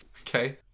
Okay